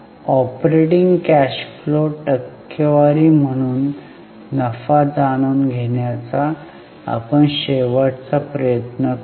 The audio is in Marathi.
ऑपरेटिंग कॅश फ्लो टक्केवारी म्हणून नफा जाणून घेण्याचा आपण शेवटचा प्रयत्न करू